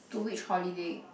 to which holiday